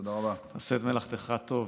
ותעשה את מלאכתך טוב.